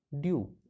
due